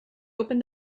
opened